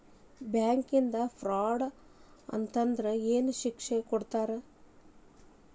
ಬ್ಯಾಂಕಿಂದಾ ಫ್ರಾಡ್ ಅತಂದ್ರ ಏನ್ ಶಿಕ್ಷೆ ಕೊಡ್ತಾರ್?